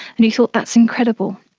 and he thought that's incredible.